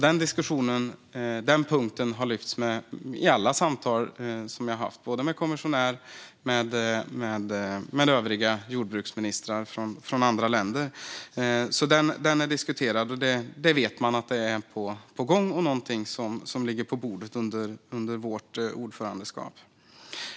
Den punkten har lyfts fram i alla samtal som jag har haft både med kommissionären och med övriga jordbruksministrar från andra länder. Den är diskuterad. Man vet att något är på gång och att det är någonting som ligger på bordet under vårt ordförandeskap.